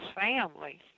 family